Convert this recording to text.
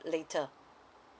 later